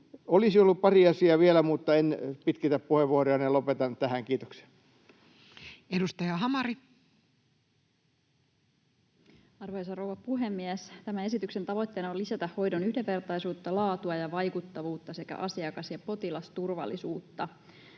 Olisi ollut pari asiaa vielä, mutta en pitkitä puheenvuoroani ja lopetan tähän. — Kiitoksia. Edustaja Hamari. Arvoisa rouva puhemies! Tämän esityksen tavoitteena on lisätä hoidon yhdenvertaisuutta, laatua ja vaikuttavuutta sekä asiakas- ja potilasturvallisuutta